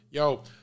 Yo